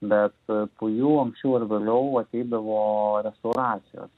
bet po jų anksčiau ar vėliau ateidavo restauracijos